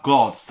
God